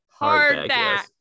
Hardback